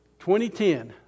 2010